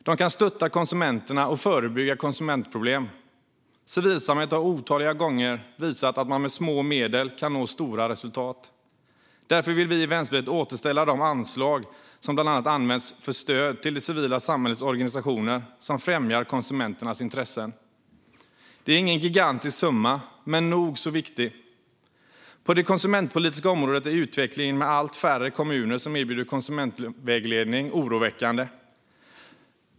De kan stötta konsumenterna och förebygga konsumentproblem. Civilsamhället har otaliga gånger visat att man med små medel kan nå stora resultat. Därför vill vi i Vänsterpartiet återställa de anslag som bland annat används för stöd till de av det civila samhällets organisationer som främjar konsumenternas intressen. Det är ingen gigantisk summa, men den är nog så viktig. På det konsumentpolitiska området är utvecklingen att allt färre kommuner erbjuder konsumentvägledning oroväckande.